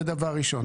זה דבר ראשון.